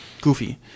goofy